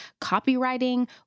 copywriting